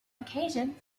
occasion